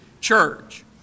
church